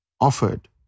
offered